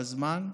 בזמן.